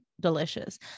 delicious